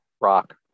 rock